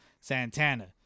Santana